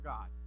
God